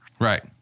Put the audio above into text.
Right